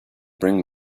bring